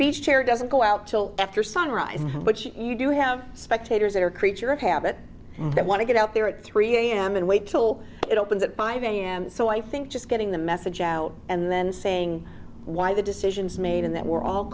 beach chair doesn't go out till after sunrise but you do have spectators that are creature of habit that want to get out there at three am and wait till it opens at five am so i think just getting the message out and then saying why the decisions made in that we're all